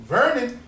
Vernon